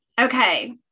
Okay